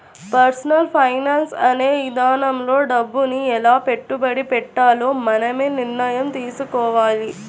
personal finance అనే ఇదానంలో డబ్బుని ఎలా పెట్టుబడి పెట్టాలో మనమే నిర్ణయం తీసుకోవాలి